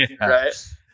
right